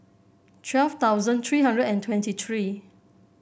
twelve thousand three hundred and twenty three